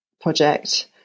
project